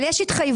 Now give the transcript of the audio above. אבל יש התחייבות.